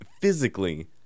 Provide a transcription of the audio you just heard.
physically